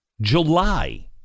july